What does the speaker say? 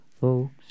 Folks